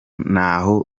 ntaho